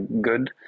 good